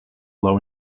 low